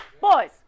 Boys